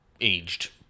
aged